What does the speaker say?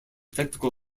technical